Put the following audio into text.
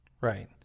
Right